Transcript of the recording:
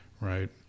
right